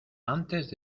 antes